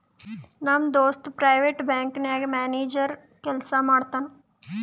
ನಮ್ ದೋಸ್ತ private bank ನಾಗ್ ಮ್ಯಾನೇಜರ್ ಕೆಲ್ಸಾ ಮಾಡ್ತಾನ್